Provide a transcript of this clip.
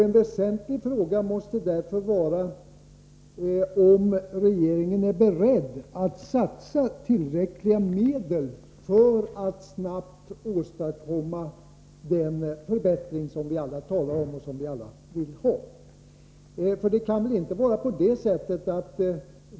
En väsentlig fråga måste därför vara om regeringen är beredd att satsa tillräckliga medel för att snabbt åstadkomma den förbättring som vi alla talar om och som vi alla vill ha.